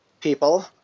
people